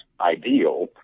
ideal